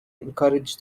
encourage